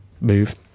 move